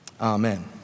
Amen